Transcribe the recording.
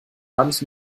hans